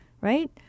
right